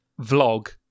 vlog